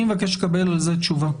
אני מבקש לקבל על זה תשובה,